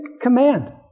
command